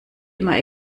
immer